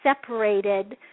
separated